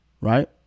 Right